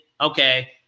okay